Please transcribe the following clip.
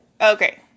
Okay